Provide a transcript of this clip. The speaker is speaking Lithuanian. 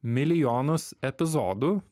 milijonus epizodų